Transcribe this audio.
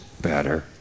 better